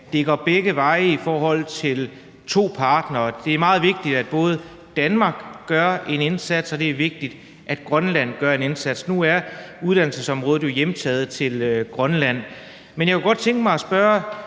det går begge veje i forhold til de to partnere. Det er både meget vigtigt, at Danmark gør en indsats, og det er vigtigt, at Grønland gør en indsats. Nu er uddannelsesområdet jo hjemtaget til Grønland, men jeg kunne godt tænke mig at spørge